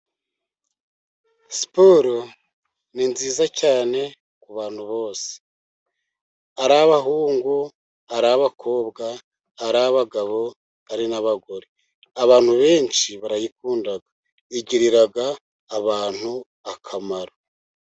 Siporo ni nziza cyane ku bantu bose, ari abahungu, ari abakobwa, ari abagabo, ari n'abagore, abantu benshi barayikunda igirira abantu akamaro.